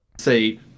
say